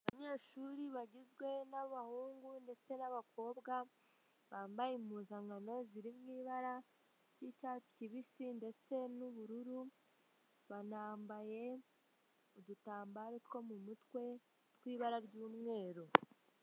Abanyeshuri bagizwe n'abahungu ndetse n'abakobwa, bambaye impuzankano ziri mu ibara ry'icyatsi kibisi ndetse n'ubururu, banambaye udutambaro two mu mutwe tw'ibara ry'umweru.